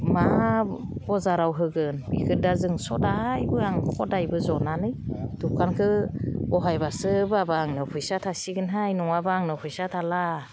मा बजाराव होगोन बेखौ दा जों सदायबो आं खदायबो जनानै दुखानखौ बहायबासो बाबा आङो फैसा थासिगोनहाय नङाबा आंनाव फैसा थाला